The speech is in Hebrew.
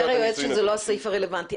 אומר היועץ שזה לא הסעיף הרלוונטי.